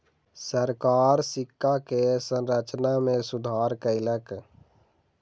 सरकार सिक्का के संरचना में सुधार कयलक